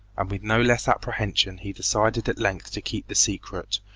and with no less apprehension he decided at length to keep the secret,